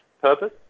purpose